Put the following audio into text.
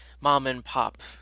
mom-and-pop